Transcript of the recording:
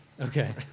Okay